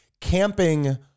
camping